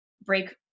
break